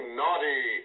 naughty